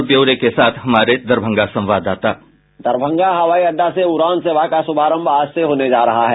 और ब्योरे के साथ हमारे दरभंगा संवाददाता साउंड बाईट दरभंगा हवाई अड्डा से उड़ान सेवा का शुभारंभ आज से होने जा रहा है